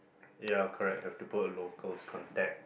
ya correct have to put a local's contact